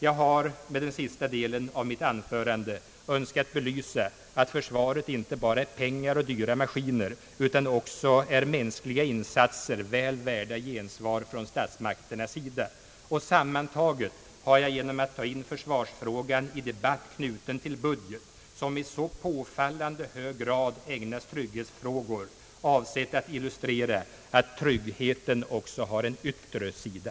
Jag har med den sista delen av mitt anförande önskat belysa att försvaret inte bara är pengar och dyra maskiner, utan också är mänskliga insatser väl värda gensvar från statsmakternas sida. Sammantaget har jag genom att ta in försvarsfrågan i en debatt knuten till en budget, som i så påfallande hög grad ägnas trygghetsfrågor, avsett att illustrera att tryggheten också har en ytire sida.